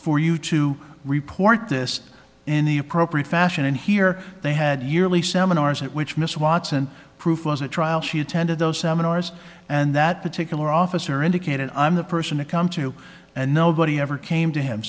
for you to report this in the appropriate fashion and here they had yearly seminars at which mr watson proof was a trial she attended those seminars and that particular officer indicated i'm the person to come to and nobody ever came to him